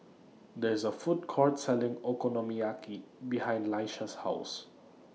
There IS A Food Court Selling Okonomiyaki behind Laisha's House